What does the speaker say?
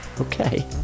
okay